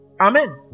amen